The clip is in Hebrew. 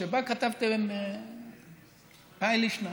שבה כתבתם כהאי לישנא